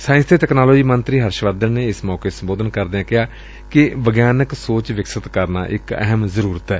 science ਤੇ technology ਮੰਤਰੀ ਹਰਸ਼ਵਰਧਨ ਨੇ ਏਸ ਮੌਕੇ ਸੰਬੋਧਨ ਕਰਦਿਆਂ ਕਿਹਾ ਕਿ ਵਿਗਿਆਨਕ ਸੋਚ ਵਿਕਸਤ ਕਰਨਾ ਇਕ ਅਹਿਮ ਜ਼ਰੁਰਤ ਏ